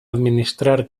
administrar